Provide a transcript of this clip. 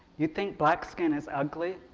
you think black skin is ugly?